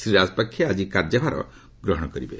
ଶ୍ରୀ ରାଜପାକ୍ଷେ ଆଜି କାର୍ଯ୍ୟଭାର ଗ୍ରହଣ କରିବେ